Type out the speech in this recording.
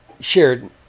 shared